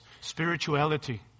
spirituality